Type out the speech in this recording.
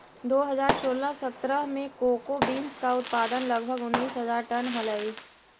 दो हज़ार सोलह सत्रह में कोको बींस का उत्पादन लगभग उनीस हज़ार टन हलइ